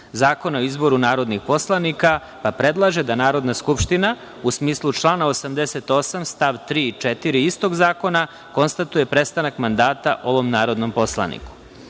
Zakona o izboru narodnih poslanika, pa predlaže da Narodna skupština u smislu člana 88. st. 3. i 4. istog zakona konstatuje prestanak mandata ovom narodnom poslaniku. Saglasno